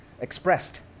expressed